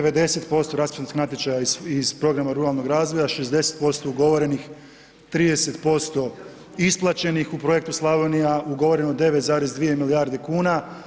90% raspisanih natječaja iz programa ruralnog razvoja, 60% ugovorenih, 30% isplaćenih u projektu Slavonija, ugovoreno 9,2 milijarde kuna.